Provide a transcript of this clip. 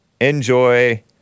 Enjoy